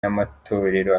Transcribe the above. n’amatorero